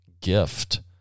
gift